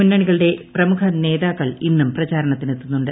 മുന്നണികളുടെ പ്രമുഖ നേതാക്കൾ ഇന്നും പ്രചാരണത്തിനെത്തുന്നുണ്ട്